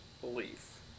belief